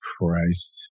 Christ